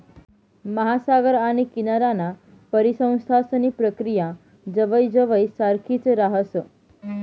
महासागर आणि किनाराना परिसंस्थांसनी प्रक्रिया जवयजवय सारखीच राहस